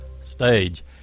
stage